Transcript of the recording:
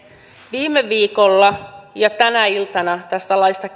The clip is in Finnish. viime viikolla ja tänä iltana tästä laista